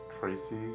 Tracy